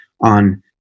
on